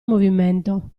movimento